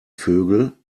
vögel